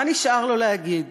מה נשאר לו להגיד?